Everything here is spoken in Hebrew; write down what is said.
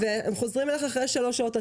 חוזרים אלייך אחרי שלוש שעות,